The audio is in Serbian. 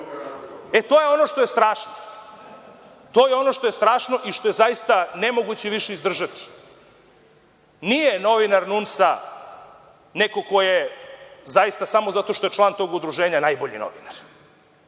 to je ono što je strašno. To je ono što je strašno i što je zaista nemoguće više izdržati. Nije novinar NUNS-a neko ko je zaista samo zato što je član tog udruženja najbolji novinar